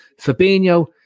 Fabinho